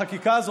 החקיקה הזאת,